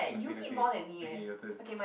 nothing nothing okay your turn